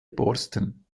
borsten